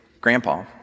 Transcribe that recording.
grandpa